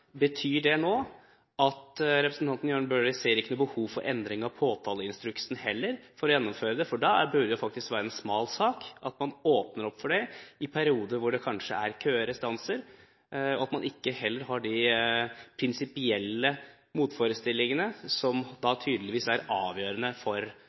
Betyr det at representanten Jan Bøhler heller ikke ser behov for endring av påtaleinstruksen for å gjennomføre det? Da burde det faktisk være en smal sak å åpne opp for det i perioder hvor det kanskje er kø av restanser, når man heller ikke har de prinsipielle motforestillingene som tydeligvis er avgjørende for